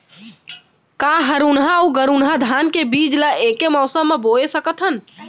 का हरहुना अऊ गरहुना धान के बीज ला ऐके मौसम मा बोए सकथन?